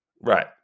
Right